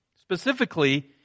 Specifically